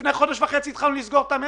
לפני חודש וחצי התחלנו לסגור את המשק,